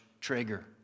Traeger